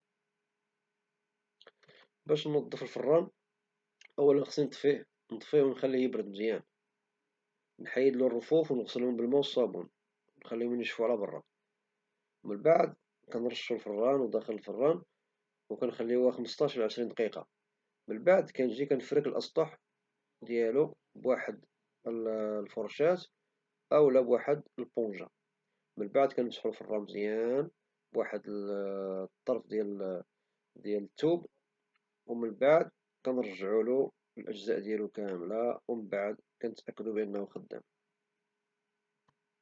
باش نظف الفران، أولا خصني نطفيه ونخليه يبرد مزيان ونحيدلو الرفوف ونغسلوم بالماء والصابون ونخليهم ينشفو على برا من بعد كنرشو الفران من داخل وكنخليوه شي خمسطاش حتى عشرين دقيقة، ومن بعد كنفرك الأسطح ديالو بواحد الفرشاة أو بونجا من بعد كنمسحو الفران مزيان بواحد الطرف ديال الثوب ناشف ومن بعد كنرجعولو الأجزاء ديالو كاملة ومن بعد كنتأكدو أنه خدام.